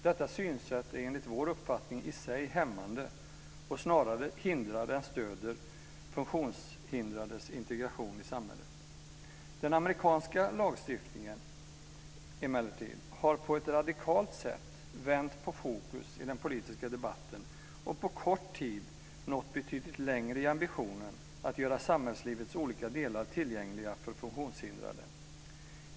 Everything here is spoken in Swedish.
Detta synsätt är enligt vår uppfattning i sig hämmande och snarare hindrar än stöder funktionshindrades integration i samhället. Den amerikanska lagstiftningen, emellertid, har på ett radikalt sätt vänt på fokus i den politiska debatten och på kort tid nått betydligt längre i ambitionen att göra samhällslivets olika delar tillgängliga för funktionshindrade.